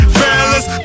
fellas